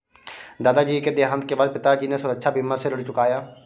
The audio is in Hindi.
दादाजी के देहांत के बाद पिताजी ने सुरक्षा बीमा से ऋण चुकाया